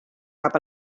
cap